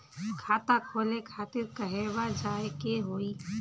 खाता खोले खातिर कहवा जाए के होइ?